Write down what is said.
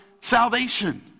salvation